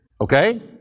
Okay